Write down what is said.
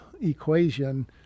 equation